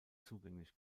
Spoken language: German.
zugänglich